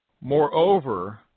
Moreover